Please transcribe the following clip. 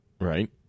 Right